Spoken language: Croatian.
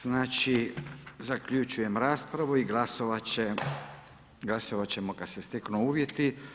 Znači zaključujem raspravu i glasovat ćemo kada se steknu uvjeti.